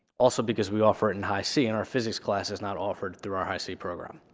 also because we offer it in high c and our physics class is not offered through our high c program.